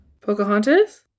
Pocahontas